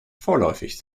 vorläufig